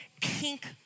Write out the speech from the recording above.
pink